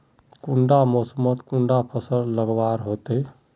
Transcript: कुंडा मोसमोत कुंडा फसल लगवार होते?